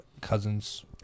cousins